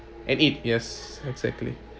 and eat yes exactly